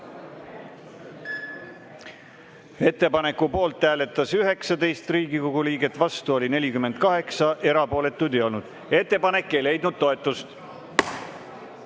Ettepaneku poolt hääletas 19 Riigikogu liiget, vastu oli 48, erapooletuid ei olnud. Ettepanek ei leidnud toetust. Head